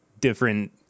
different